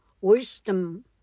wisdom